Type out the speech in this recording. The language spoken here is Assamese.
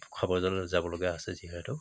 খাব যাব লগীয়া আছে যিহেতু